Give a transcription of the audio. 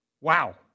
Wow